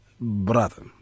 brother